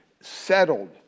settled